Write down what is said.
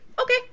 okay